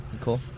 cool